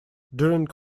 during